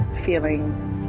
feeling